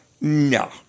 no